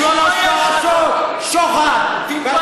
מה יש לך, בשלוש פרשות שוחד, תתבייש לך.